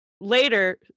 later